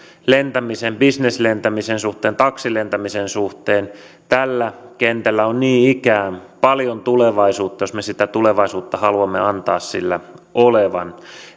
lentämisen bisneslentämisen suhteen taksilentämisen suhteen tällä kentällä on niin ikään paljon tulevaisuutta jos me sitä tulevaisuutta haluamme antaa sillä olevan